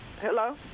Hello